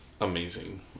amazing